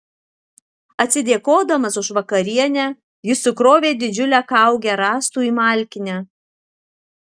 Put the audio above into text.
atsidėkodamas už vakarienę jis sukrovė didžiulę kaugę rąstų į malkinę